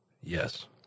Yes